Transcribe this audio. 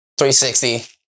360